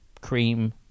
cream